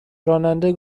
راننده